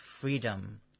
freedom